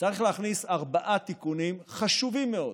צריך להכניס ארבעה תיקונים חשובים מאוד,